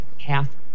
half